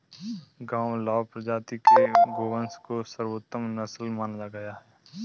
गावलाव प्रजाति के गोवंश को सर्वोत्तम नस्ल माना गया है